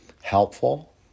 helpful